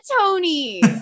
Tony